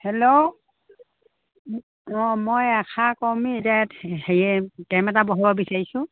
hello অঁ মই আশা কৰ্মী এতিয়া ইয়াত হেৰি কেম্প এটা বহাব বিচাৰিছোঁ